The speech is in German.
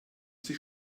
sich